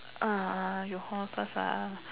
you hold on first